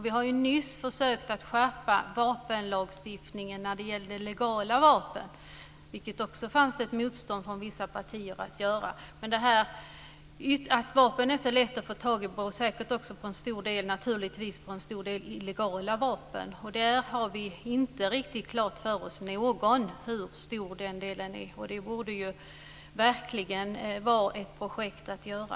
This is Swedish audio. Vi har nyss försökt att skärpa vapenlagstiftningen för legala vapen, vilket det också fanns ett motstånd mot att göra från vissa partier. Men att vapen är det så lätta att få tag i beror säkert till stor del på en stor mängd illegala vapen. Där har vi inte riktigt klart för oss hur stor den delen är. Det borde verkligen vara ett projekt att genomföra.